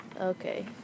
Okay